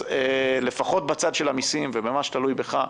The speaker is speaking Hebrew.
אז לפחות בצד של המיסים ובמה שתלוי בך,